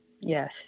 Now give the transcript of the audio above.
Yes